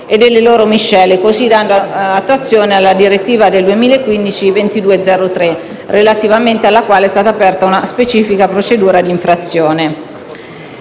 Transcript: e delle loro miscele, così dando attuazione alla direttiva europea 2015/2203, relativamente alla quale è stata aperta una specifica procedura di infrazione.